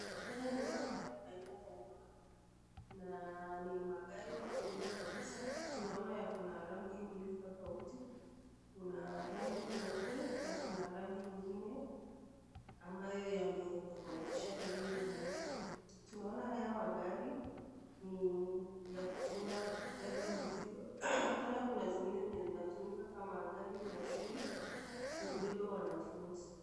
Haya ni magari aina ya lari, Na ni magari makubwa kabisa tunaona yako na rangi mbili tofauti, Kuna rangi nyeupe na Kuna rangi ingine ambayo imetofautishwa na hiyo nyeupe tunaona haya magari ni yakutumia kubeba mizigo tena kunazingine zinatumika kama gari la shule kubeba wanafunzi.